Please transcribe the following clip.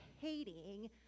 hating